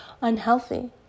unhealthy